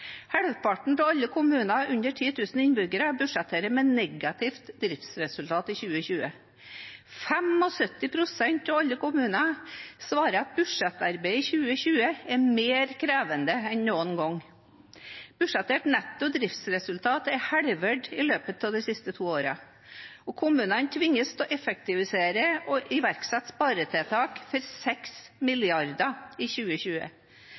Halvparten av alle kommuner under 10 000 innbyggere budsjetterer med negativt driftsresultat i 2020. 75 pst. av alle kommuner svarer at budsjettarbeidet i 2020 er mer krevende enn noen gang. Budsjettert netto driftsresultat er halvert i løpet av de siste to årene. Kommunene tvinges til å effektivisere og iverksetter sparetiltak for 6 mrd. kr i 2020.